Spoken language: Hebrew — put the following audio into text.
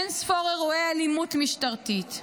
אין-ספור אירועי אלימות משטרתית.